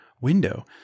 window